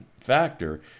factor